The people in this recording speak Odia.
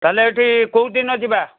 ତା'ହେଲେ ଏଠି କେଉଁ ଦିନ ଯିବା